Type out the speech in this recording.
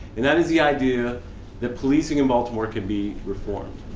and that is the idea that policing in baltimore could be reformed.